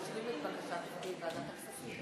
הצעת ועדת הכספים בדבר פיצול הצעת חוק ההתייעלות הכלכלית